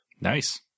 Nice